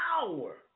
power